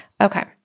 Okay